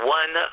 one